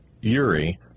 Uri